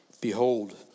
Behold